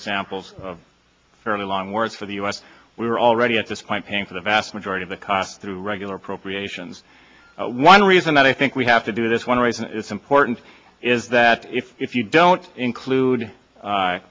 examples of fairly long wars for the u s we were already at this point paying for the vast majority of the cost through regular appropriations one reason that i think we have to do this one reason it's important is that if you don't include